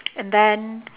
and then